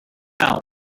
out